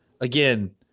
again